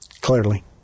Clearly